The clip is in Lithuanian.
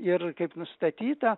ir kaip nustatyta